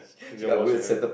never wash your hair